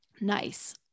Nice